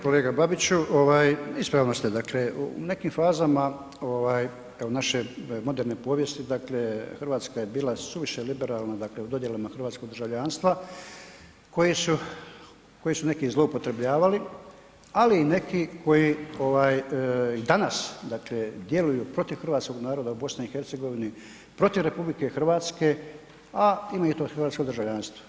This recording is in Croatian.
Kolega Babiću, ispravno ste dakle u nekim fazama naše moderne povijesti dakle Hrvatska je bila suviše liberalna dakle u dodjelama hrvatskog državljanstva koje su neki zloupotrjebljavali ali i neki koji danas dakle djeluju protiv hrvatskog naroda u BiH, protiv RH a imaju to hrvatsko državljanstvo.